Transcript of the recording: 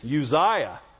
Uzziah